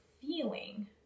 feeling